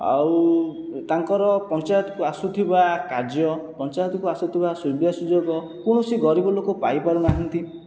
ଆଉ ତାଙ୍କର ପଞ୍ଚାୟତକୁ ଆସୁଥିବା କାର୍ଯ୍ୟ ପଞ୍ଚାୟତକୁ ଆସୁଥିବା ସୁବିଧା ସୁଯୋଗ କୌଣସି ଗରିବ ଲୋକ ପାଇପାରୁ ନାହାନ୍ତି